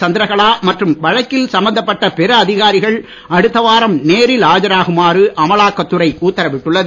சந்திர கலா மற்றும் வழக்கில் சம்பந்தப்பட பிற அதிகாரிகள் அடுத்த வாரம் நேரில் ஆஜராகுமாறு அமலாக்கத் துறை உத்தரவிட்டுள்ளது